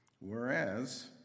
Whereas